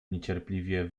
niecierpliwie